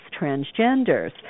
transgenders